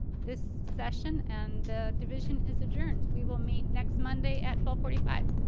this session and the division is adjourned we will meet next monday at four forty five